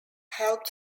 helped